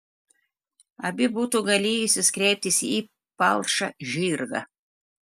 abi būtų galėjusios kreiptis į palšą žirgą